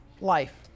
life